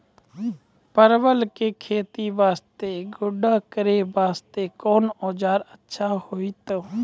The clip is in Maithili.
परवल के खेती वास्ते गड्ढा करे वास्ते कोंन औजार अच्छा होइतै?